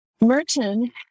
Merton